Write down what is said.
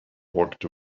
walked